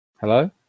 Hello